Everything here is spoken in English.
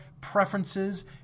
preferences